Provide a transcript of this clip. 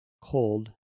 cold